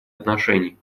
отношений